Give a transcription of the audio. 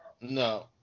No